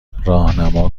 راهنما